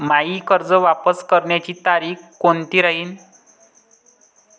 मायी कर्ज वापस करण्याची तारखी कोनती राहीन?